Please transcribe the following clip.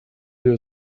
you